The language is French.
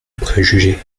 préjugés